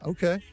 Okay